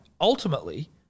ultimately